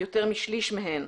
יותר משליש מהן,